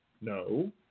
No